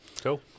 Cool